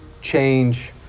change